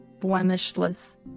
blemishless